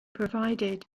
provided